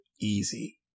easy